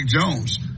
Jones